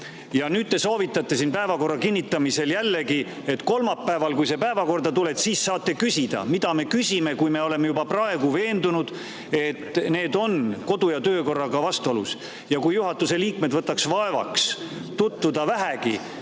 nüüd te soovitate päevakorra kinnitamisel jällegi, et kolmapäeval, kui see päevakorda tuleb, siis saate küsida. Mida me küsime, kui me oleme juba praegu veendunud, et need on kodu- ja töökorraga vastuolus? Ja kui juhatuse liikmed võtaks vaevaks vähegi